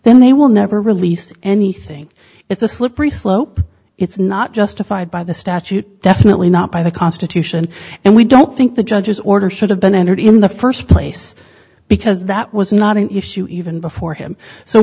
then they will never release anything it's a slippery slope it's not justified by the statute definitely not by the constitution and we don't think the judge's order should have been entered in the first place because that was not an issue even before him so